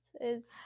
is-